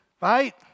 right